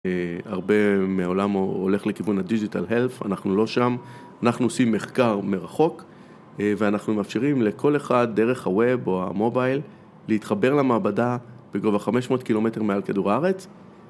הרבה מהעולם הולך לכיוון הדיג'יטל-הלף, אנחנו לא שם, אנחנו עושים מחקר מרחוק ואנחנו מאפשרים לכל אחד דרך ה-Web או המובייל להתחבר למעבדה בגובה 500 קילומטר מעל כדור הארץ